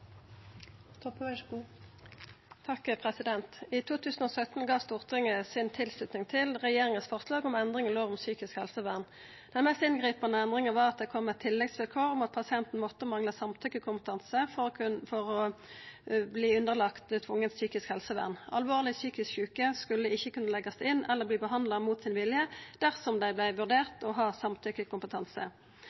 I 2017 gav Stortinget tilslutning til regjeringa sitt forslag om endringar i lov om psykisk helsevern. Den mest inngripande endringa var at det kom eit tilleggsvilkår om at pasienten måtte mangla samtykkjekompetanse for å verta lagd inn under tvungent psykisk helsevern. Alvorleg psykisk sjuke skulle ikkje kunna leggjast inn eller verta behandla mot eigen vilje dersom dei vart vurderte til å ha